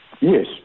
Yes